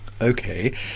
okay